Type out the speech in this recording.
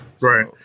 Right